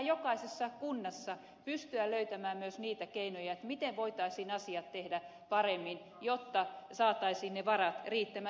jokaisessa kunnassa pitää pystyä löytämään myös niitä keinoja miten voitaisiin asiat tehdä paremmin jotta saataisiin ne varat riittämään